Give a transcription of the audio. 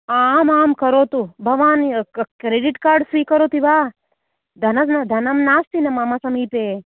आम् आम् करोतु भवान् क्रेडिट् कार्ड् स्वीकरोति वा धन् धनं नास्ति मम समीपे